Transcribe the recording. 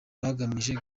bagamije